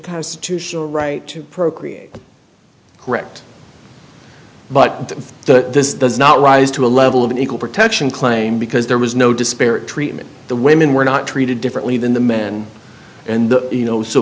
constitutional right to procreate correct but the this does not rise to a level of an equal protection claim because there was no disparate treatment the women were not treated differently than the men and you know so